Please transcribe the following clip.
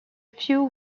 few